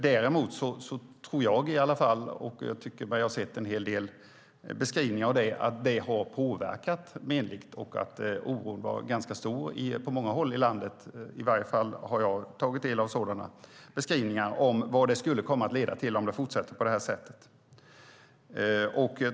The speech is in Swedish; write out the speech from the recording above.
Däremot tror jag - och jag tycker mig ha sett en del beskrivningar som stöder min bild - att pumplagen har påverkat detta menligt, och oron var på många håll i landet ganska stor. I varje fall har jag tagit del av sådana beskrivningar av vad det skulle komma att leda till om det fortsatte på det här sättet.